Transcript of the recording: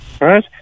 right